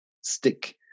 stick